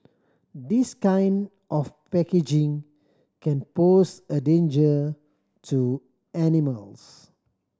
this kind of packaging can pose a danger to animals